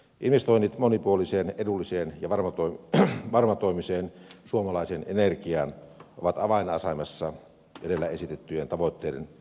investoinnit monipuoliseen edulliseen ja varmatoimiseen suomalaiseen energiaan ovat avainasemassa edellä esitettyjen tavoitteiden saavuttamiseksi